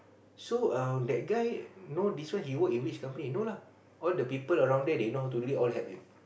so err that guy know this one he work in which company no lah all the people around there they know how to do all help you